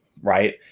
Right